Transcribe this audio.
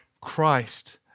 Christ